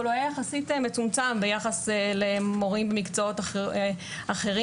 אבל הוא היה מצומצם יחסית למורים במקצועות אחרים.